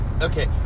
okay